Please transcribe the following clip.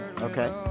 Okay